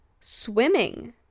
swimming